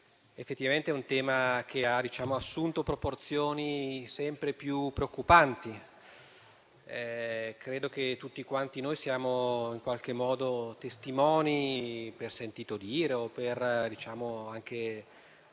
effettivamente ha assunto proporzioni sempre più preoccupanti. Credo che tutti quanti noi ne siamo in qualche modo testimoni per sentito dire o per parenti